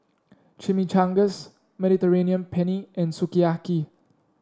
Chimichangas Mediterranean Penne and Sukiyaki